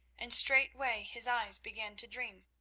and straightway his eyes began to dream.